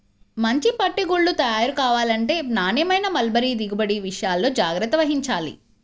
మంచి పట్టు గూళ్ళు తయారు కావాలంటే నాణ్యమైన మల్బరీ దిగుబడి విషయాల్లో జాగ్రత్త వహించాలి